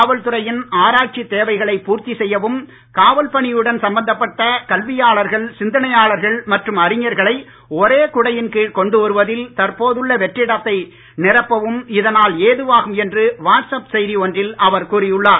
காவல் துறையின் ஆராய்ச்சி தேவைகளை பூர்த்தி செய்யவும் காவல் பணியுடன் சம்மந்தப்பட்ட கல்வியாளர்கள் சிந்தனையாளர்கள் மற்றும் அறிஞர்களை ஒரே குடையின் கீழ் கொண்டு வருவதில் தற்போதுள்ள வெற்றிடத்தை நிரப்பவும் இதனால் ஏதுவாகும் என்று வாட்ஸ் அப் செய்தி ஒன்றில் அவர் கூறியுள்ளார்